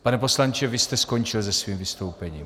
Pane poslanče, vy jste skončil se svým vystoupením?